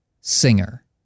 singer